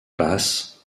passent